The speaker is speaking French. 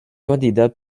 candidat